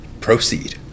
Proceed